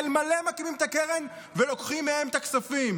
עושים את כל הווג'עראס הזה,